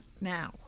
now